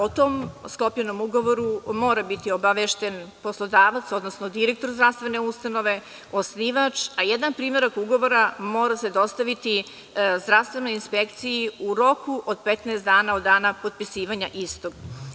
O tom sklopljenom ugovoru mora biti obavešten poslodavac, odnosno direktor zdravstvene ustanove, osnivač, a jedan primerak ugovora mora se dostaviti zdravstvenoj inspekciji u roku od 15 dana, od dana potpisivanja istog.